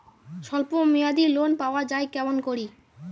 স্বল্প মেয়াদি লোন পাওয়া যায় কেমন করি?